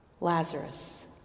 Lazarus